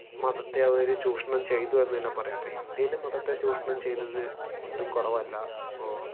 മതത്തെ അവർ ചൂഷണം ചെയ്തു എന്ന് തന്നെ പറയാം അപ്പോൾ ഇന്ത്യയിൽ മതത്തെ ചൂഷണം ചെയ്തത് ഒട്ടും കുറവല്ല അപ്പോൾ